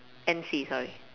N_C sorry